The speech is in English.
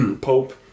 Pope